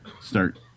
start